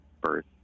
birth